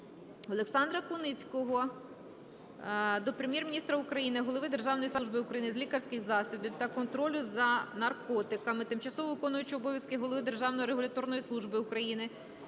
Олександра Куницького до Прем'єр-міністра України, голови Державної служби України з лікарських засобів та контролю за наркотиками, тимчасово виконуючого обов'язки голови Державної регуляторної служби України,